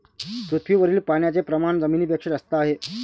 पृथ्वीवरील पाण्याचे प्रमाण जमिनीपेक्षा जास्त आहे